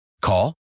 Call